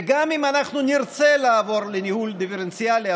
וגם אם אנחנו נרצה לעבור לניהול דיפרנציאלי,